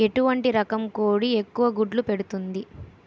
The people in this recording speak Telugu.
ఎటువంటి రకం కోడి ఎక్కువ గుడ్లు పెడుతోంది?